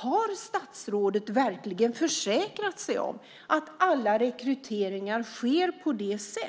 Har statsrådet verkligen försäkrat sig om att alla rekryteringar sker så